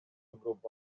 group